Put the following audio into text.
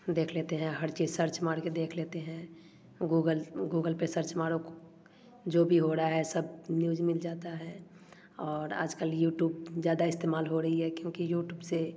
देख लेते हैं हर चीज़ सर्च मार कर देख लेते हैं गुगल गुगल पर सर्च मारो जो भी हो रहा है सब न्यूज मिल जाता है और आज कल यूटूब ज़्यादा इस्तेमाल हो रही है क्योंकि यूटूब से